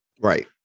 right